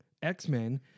X-Men